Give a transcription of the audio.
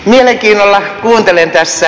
mielenkiinnolla kuuntelen tässä